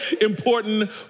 important